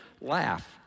laugh